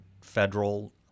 federal